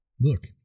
Look